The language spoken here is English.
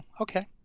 okay